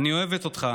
אני אוהבת אותך